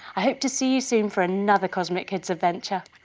i hope to see you soon for another cosmic kids adventure.